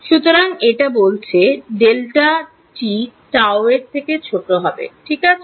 সুতরাং এটা বলছে delta t tau এর থেকে ছোট হবে ঠিক আছে